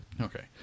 Okay